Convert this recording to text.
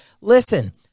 listen